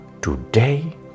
today